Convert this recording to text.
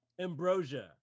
ambrosia